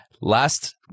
Last